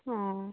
অঁ